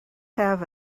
have